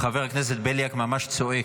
חבר הכנסת בליאק ממש צועק.